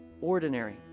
ordinary